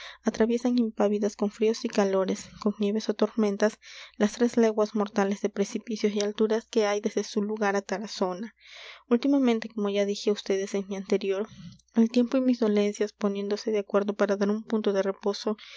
atraviesan impávidas con fríos y calores con nieves ó tormentas las tres leguas mortales de precipicios y alturas que hay desde su lugar á tarazona últimamente como ya dije á ustedes en mi anterior el tiempo y mis dolencias poniéndose de acuerdo para dar un punto de reposo